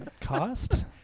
cost